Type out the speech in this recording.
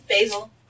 Basil